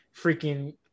freaking